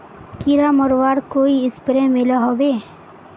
कीड़ा मरवार कोई स्प्रे मिलोहो होबे?